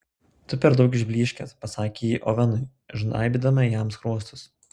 tu per daug išblyškęs pasakė ji ovenui žnaibydama jam skruostus